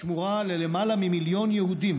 שמורה ללמעלה ממיליון יהודים